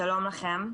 שלום לכם.